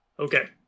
Okay